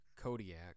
Kodiak